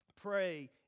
pray